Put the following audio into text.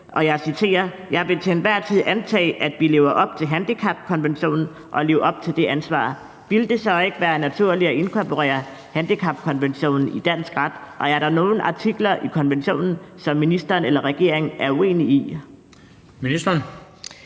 Jeg vil til enhver tid antage, at vi lever op til handicapkonventionen og lever op til det ansvar. Ville det så ikke være naturligt at inkorporere handicapkonventionen i dansk ret, og er der nogen artikler i konventionen, som ministeren eller regeringen er uenig i?